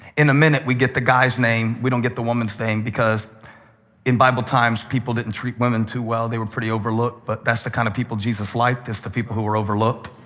in a minute we get the guy's name. we don't get the woman's name, because in bible times people didn't treat women too well. they were pretty overlooked. but that's the kind of people jesus liked the people who were overlooked.